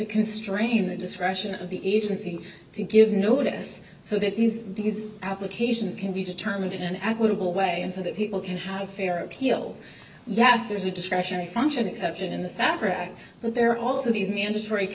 to constrain the discretion of the emergency to give notice so that these these applications can be determined in an equitable way and so that people can have fair appeals yes there's a discretionary function exception in the sachar act but there are also these mandatory